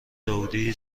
داوودی